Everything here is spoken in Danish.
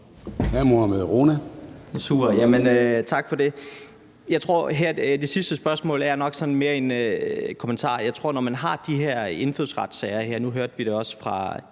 Det sidste spørgsmål er nok sådan mere en kommentar. Jeg tror, at når man har de her indfødsretssager – nu hørte vi det også fra